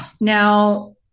now